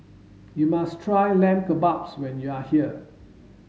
you must try Lamb Kebabs when you are here